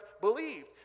believed